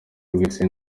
rw’isi